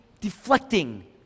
deflecting